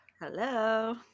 hello